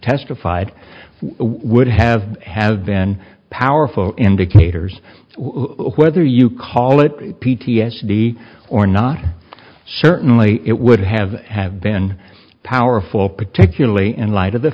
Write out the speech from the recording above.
testified would have have been powerful indicators whether you call it p t s d or not certainly it would have have been powerful particularly in light of the